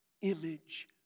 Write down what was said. image